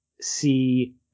see